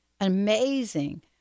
amazing